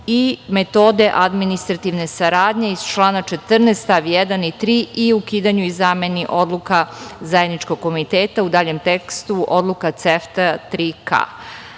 i metode administrativne saradnje iz člana 14. stav 1. i 3. i ukidanju i zameni odluka Zajedničkog komiteta u daljem tekstu Odluka CEFTA